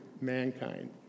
mankind